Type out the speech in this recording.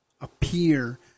appear